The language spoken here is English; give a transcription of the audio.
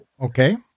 Okay